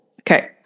Okay